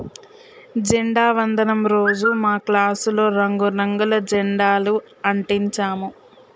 జెండా వందనం రోజు మా క్లాసులో రంగు రంగుల జెండాలు అంటించాము